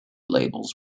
labels